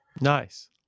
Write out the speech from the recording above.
Nice